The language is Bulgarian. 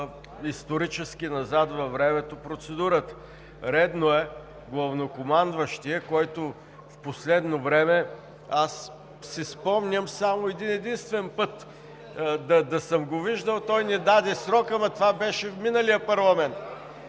исторически назад във времето процедурата? Редно е и главнокомандващият, който в последно време си спомням само един-единствен път да съм го виждал. Той ни даде срок, но това беше в миналия парламент.